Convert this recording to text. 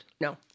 No